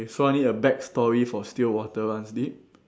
so I need a back story for still water runs deep